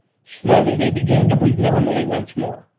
slowly they began to breathe normally once more.